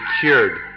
cured